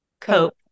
cope